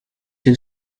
two